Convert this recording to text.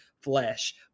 flesh